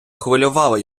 хвилювало